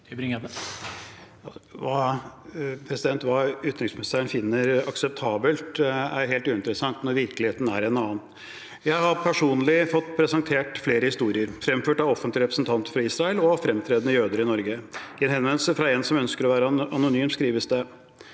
Hva utenriksministeren finner akseptabelt, er helt uinteressant når virkeligheten er en annen. Jeg har personlig fått presentert flere historier, framført av en offentlige representant for Israel og fremtredende jøder i Norge. I en henvendelse fra en som ønsker å være anonym, skrives det: